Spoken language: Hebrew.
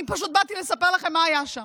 אני פשוט באתי לספר לכם מה היה שם: